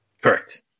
Correct